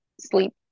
sleep